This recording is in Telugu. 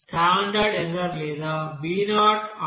స్టాండర్డ్ ఎర్రర్ లేదా b0